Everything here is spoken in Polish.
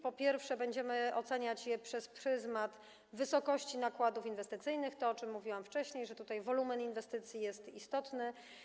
Po pierwsze, będziemy oceniać je przez pryzmat wysokości nakładów inwestycyjnych - to, o czym mówiłam wcześniej, że wolumen inwestycji jest istotny.